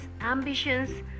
ambitions